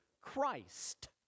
Christ